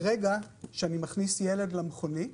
ברגע שאני מכניס ילד למכונית